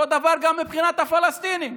אותו הדבר גם מבחינת הפלסטינים: